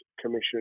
Commission